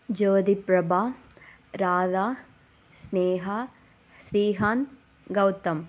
Jothiprabha Radha Sneha Srikanth Gautham